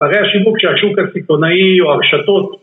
הרי השיווק שהשוק הסיטונאי או הרשתות